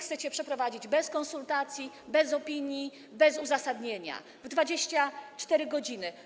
Chcecie przeprowadzić projekt bez konsultacji, bez opinii, bez uzasadnienia, w 24 godziny.